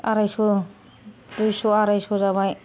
आरायस' दुइस' आरायस' जाबाय